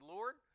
Lord